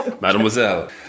Mademoiselle